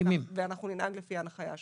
אנחנו ננהג לפי ההסכמים שלו.